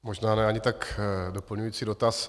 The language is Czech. Možná ne ani tak doplňující dotaz.